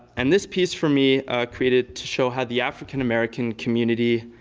and this piece for me created to show how the african-american community,